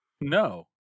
No